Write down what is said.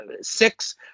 six